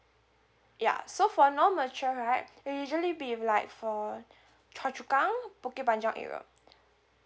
ya so for non mature right it usually be in like for choa chu kang bukit panjang area